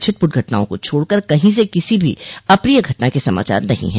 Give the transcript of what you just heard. छिटपुट घटनाओं को छोड़कर कहीं से किसी भी अप्रिय घटना के समाचार नहीं है